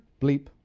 Bleep